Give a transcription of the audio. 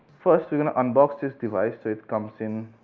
first we gonna unbox this device it comes in